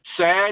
Sad